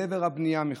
אל עבר הבנייה מחדש.